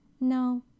No